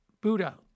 Buddha